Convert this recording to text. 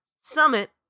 Summit